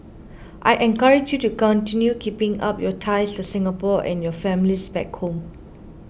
I encourage you to continue keeping up your ties to Singapore and your families back home